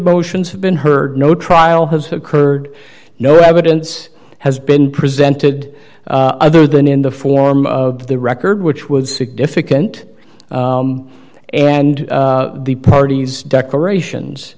motions have been heard no trial has occurred no evidence has been presented other than in the form of the record which was significant and the parties declarations